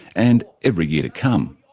and every year to come.